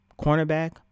cornerback